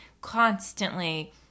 constantly